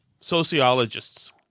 sociologists